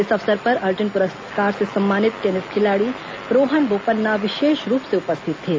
इस अवसर पर अर्जुन पुरस्कार से सम्मानित टेनिस खिलाड़ी रोहन बोपन्ना विशेष रूप से उपस्थित थे